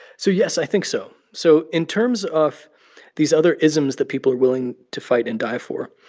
so, yes, i think so. so in terms of these other isms that people are willing to fight and die for,